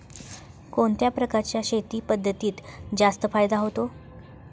कोणत्या प्रकारच्या शेती पद्धतीत जास्त फायदा होतो?